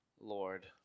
Lord